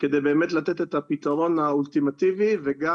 דובר באמת על מענים רגשיים ולוגיסטיים לנשים סביב אובדן היריון.